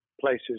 places